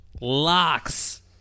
locks